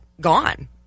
gone